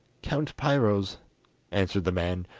count piro's answered the man,